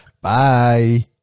Bye